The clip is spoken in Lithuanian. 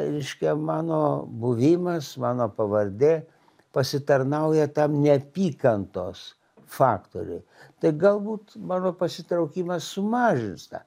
reiškia mano buvimas mano pavardė pasitarnauja tam neapykantos faktoriui tai galbūt mano pasitraukimas sumažins tą